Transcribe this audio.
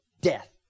death